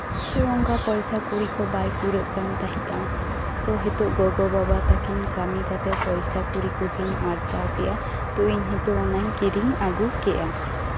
ᱛᱚ ᱚᱱᱠᱟ ᱯᱚᱭᱥᱟ ᱠᱩᱲᱤ ᱠᱚ ᱵᱟᱭ ᱠᱩᱲᱟᱹᱜ ᱠᱟᱱ ᱛᱟᱦᱮᱸᱜᱼᱟ ᱛᱳ ᱱᱤᱛᱚᱜ ᱠᱟᱢᱤ ᱠᱟᱛᱮᱜ ᱯᱚᱭᱥᱟ ᱠᱩᱲᱤ ᱠᱚᱠᱤᱱ ᱟᱨᱡᱟᱣ ᱠᱮᱜᱼᱟ ᱛᱚ ᱤᱧ ᱱᱤᱛᱚᱜ ᱚᱱᱟᱧ ᱠᱤᱨᱤᱧ ᱟᱜᱩ ᱠᱮᱜᱼᱟ